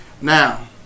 Now